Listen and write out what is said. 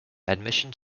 admission